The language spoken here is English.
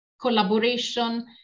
collaboration